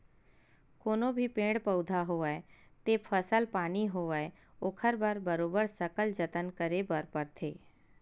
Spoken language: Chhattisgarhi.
कोनो भी पेड़ पउधा होवय ते फसल पानी होवय ओखर बर बरोबर सकल जतन करे बर परथे